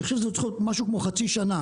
אני חושב שזה צריך להיות משהו כמו חצי שנה,